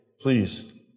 please